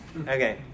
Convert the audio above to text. Okay